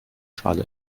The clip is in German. schale